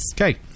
Okay